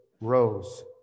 Rose